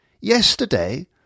Yesterday